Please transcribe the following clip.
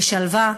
בשלווה,